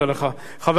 חבר הכנסת מוזס,